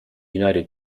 united